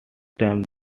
time